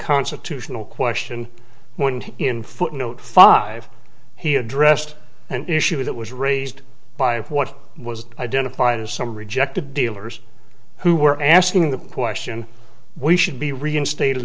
constitutional question when in footnote five he addressed an issue that was raised by what was identified as some rejected dealers who were asking the question we should be reinstated